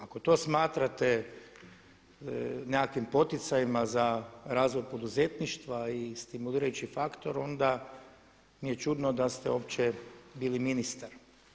Ako to smatrate nekakvim poticajima za razvoj poduzetništva i stimulirajući faktor onda mi je čudno da ste opće bili ministar.